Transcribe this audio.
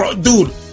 Dude